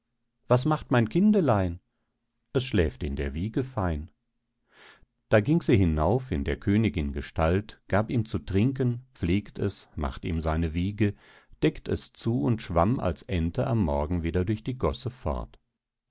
was macht mein kindelein es schläft in der wiege fein da ging sie hinauf in der königin gestalt gab ihm zu trinken pflegt es macht ihm seine wiege deckt es zu und schwamm als ente am morgen wieder durch die gosse fort